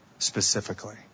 Specifically